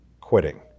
quitting